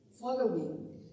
following